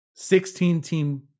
16-team